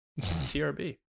TRB